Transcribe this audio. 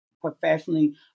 professionally